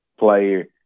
player